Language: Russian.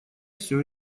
все